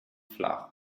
flach